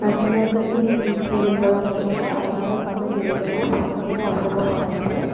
நான் சின்னதுலேருந்து இங்கிலிஸ் மீடியத்தில் தான் படித்தேன் அதனால் தமிழ் எழுதவோ படிக்கவோ அவ்வளோவா வராது